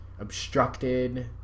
obstructed